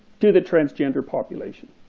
to the transgender population.